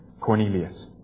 Cornelius